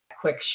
quick